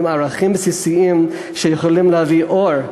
עם ערכים בסיסיים שיכולים להביא אור,